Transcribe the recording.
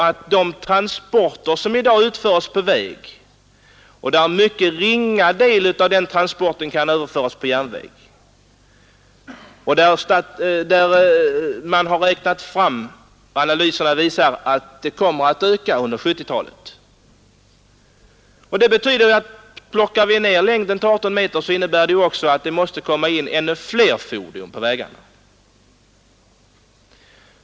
Av de transporter som i dag utförs på väg kan en mycket ringa del överföras till järnväg, och analyserna visar att vägtransporterna kommer att öka under 1970-talet. En minskning av fordonslängden till 18 meter innebär således också att det måste bli fler fordon på vägarna.